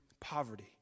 poverty